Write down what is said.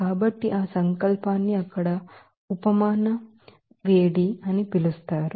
కాబట్టి ఆ సంకల్పాన్ని అక్కడ హీట్ అఫ్ సబ్లిమేషన్ అని పిలుస్తారు